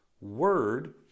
word